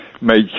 make